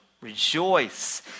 rejoice